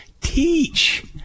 teach